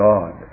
God